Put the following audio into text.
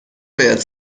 باید